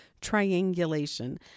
triangulation